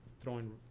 throwing